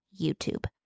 YouTube